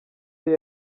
yari